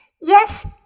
Yes